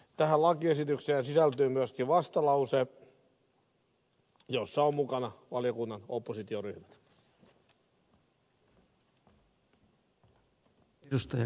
tähän lakiesitykseen sisältyy myöskin vastalause jossa ovat mukana valiokunnan oppositioryhmät